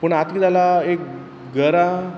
पूण आत किद आलां एक गरा